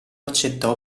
accettò